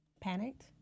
panicked